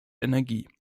energie